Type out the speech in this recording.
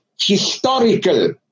historical